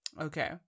Okay